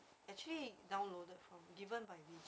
mm mm I'm going to do that lor